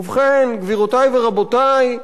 ובכן, גבירותי ורבותי,